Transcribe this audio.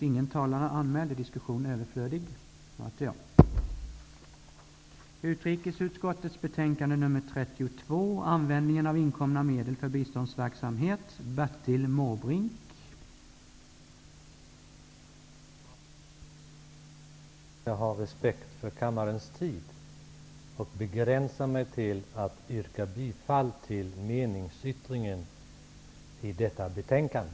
Jag har respekt för kammarens tid och begränsar mig till att yrka bifall till meningsyttringen i detta betänkande.